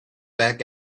back